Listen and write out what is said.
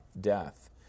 death